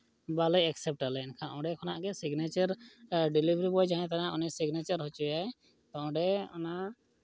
ᱵᱟᱞᱮ ᱮᱠᱥᱮᱯᱴ ᱟᱞᱮ ᱚᱸᱰᱮ ᱠᱷᱚᱱᱟᱜ ᱜᱮ ᱥᱤᱜᱽᱱᱮᱪᱟᱨ ᱰᱮᱞᱤᱵᱷᱟᱹᱨᱤ ᱵᱚᱭ ᱡᱟᱦᱟᱸᱭ ᱛᱟᱦᱮᱱᱟ ᱩᱱᱤ ᱥᱤᱜᱽᱱᱮᱪᱟᱨ ᱦᱚᱪᱚᱭᱟᱭ ᱚᱸᱰᱮ ᱚᱱᱟ